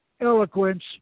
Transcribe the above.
eloquence